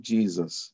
Jesus